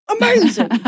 Amazing